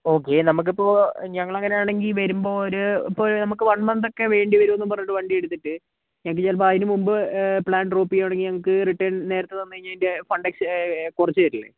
okay നമുക്കിപ്പോൾ ഞങ്ങളങ്ങനാണെങ്കിൽ വരുമ്പോൾ ഒരു ഇപ്പോൾ വൺ മന്തക്കെ വേണ്ടി വരൂന്ന് പറഞ്ഞിട്ട് വണ്ടി എടുത്തിട്ട് എങ്കിൽ ചിലപ്പോൾ അതിന് മുമ്പ് പ്ലാൻ ഡ്രോപ്പ് ചെയ്യുവാണെങ്കിൽ ഞങ്ങൾക്ക് റിട്ടേൺ നേരത്തെ തന്ന് കഴിഞ്ഞതിൻ്റെ ഫണ്ട് എക്സ് കുറച്ച് തരില്ലേ